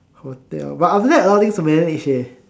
hotel but after that a lot of things to manage eh